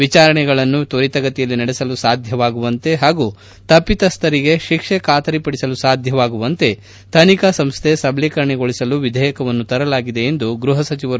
ವಿಚಾರಣೆಗಳನ್ನು ತ್ವರಿತಗತಿಯಲ್ಲಿ ನಡೆಸಲು ಸಾಧ್ಯವಾಗುವಂತೆ ಹಾಗೂ ತಪ್ಪಿತಸ್ಥರಿಗೆ ಶಿಕ್ಷೆ ಖಾತರಿಪಡಿಸಲು ಸಾಧ್ಯವಾಗುವಂತೆ ತನಿಖಾ ಸಂಸ್ವೆ ಸಬಲೀಕರಣಗೊಳಿಸಲು ವಿಧೇಯಕವನ್ನು ತರಲಾಗಿದೆ ಎಂದರು